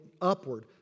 Upward